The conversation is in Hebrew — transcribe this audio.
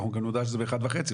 אנחנו מקבלים הודעה שזה באחד וחצי,